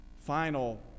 final